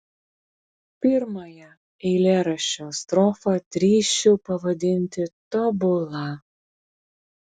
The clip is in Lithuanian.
pirmąją eilėraščio strofą drįsčiau pavadinti tobula